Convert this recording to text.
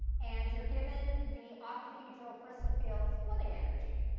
and you're given the octahedral crystal field splitting energy.